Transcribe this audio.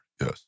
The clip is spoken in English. Yes